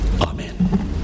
Amen